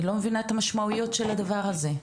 אני לא מבינה את המשמעויות של הדבר הזה.